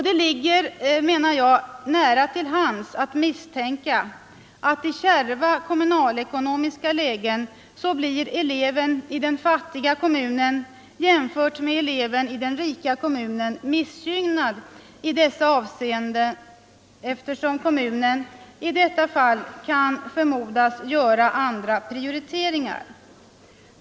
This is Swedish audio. Det ligger då nära till hands att misstänka att i kärva kommunalekonomiska lägen eleven i den fattiga kommunen blir missgynnad i detta avseende jämfört med eleven i den rika kommunen, eftersom kommunen i detta fall kan förmodas göra andra prioriteringar.